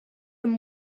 him